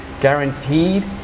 guaranteed